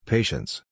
Patience